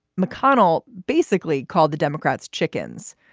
mcconnell basically called the democrats chickens.